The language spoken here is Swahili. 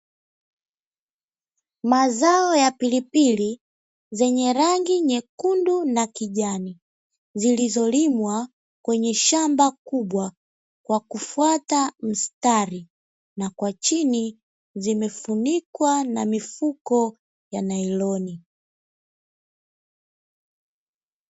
Mazao ya pilipili zenye rangi nyekundu na kijani, zilizolimwa kwenye shamba kubwa kwa kufata mstari na kwa chini zimefunikwa na mifuko ya nailoni.